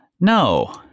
No